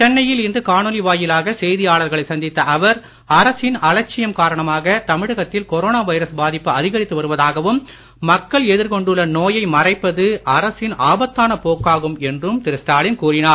சென்னையில் இன்று காணொளி வாயிலாக செய்தியாளர்களை சந்தித்த அவர் அரசின் அலட்சியம் காரணமாக தமிழகத்தில் கொரோனா வைரஸ் பாதிப்பு அதிகரித்து வருவதாகவும் மக்கள் எதிர்கொண்டுள்ள நோயை மறைப்பது அரசின் ஆபத்தான போக்காகும் என்றும் திரு ஸ்டாலின் கூறினார்